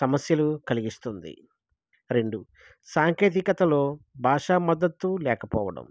సమస్యలు కలిగిస్తుంది రెండు సాంకేతికతలో భాషా మద్దతు లేకపోవడం